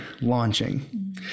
launching